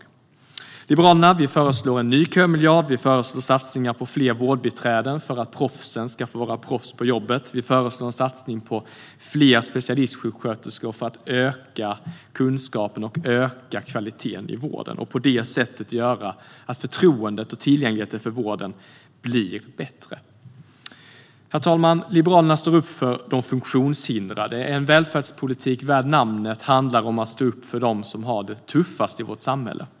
Vi liberaler föreslår en ny kömiljard. Vi föreslår satsningar på fler vårdbiträden för att proffsen ska få vara proffs på jobbet. Vi föreslår en satsning på fler specialistsjuksköterskor för att öka kunskapen och kvaliteten i vården och på det sättet göra att förtroendet för och tillgängligheten till vården blir bättre. Herr talman! Liberalerna står upp för de funktionshindrade. En välfärdspolitik värd namnet handlar om att stå upp för dem som har det tuffast i vårt samhälle.